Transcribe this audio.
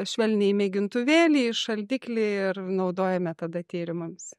švelniai į mėgintuvėlį į šaldiklį ir naudojame tada tyrimams